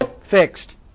fixed